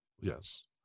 Yes